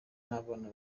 n’abana